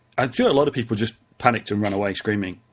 um feel a lot of people just panicked and ran away screaming.